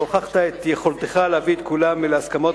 והוכחת את יכולתך להביא את כולם להסכמות,